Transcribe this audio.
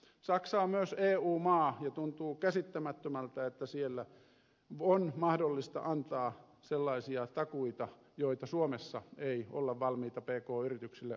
saksa on myös eu maa ja tuntuu käsittämättömältä että siellä on mahdollista antaa sellaisia takuita joita suomessa ei olla valmiita pk yrityksille antamaan